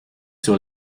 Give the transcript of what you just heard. sur